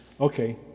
Okay